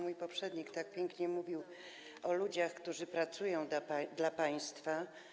Mój poprzednik tak pięknie mówił o ludziach, którzy pracują dla państwa.